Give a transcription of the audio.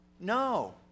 no